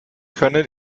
können